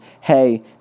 hey